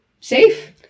safe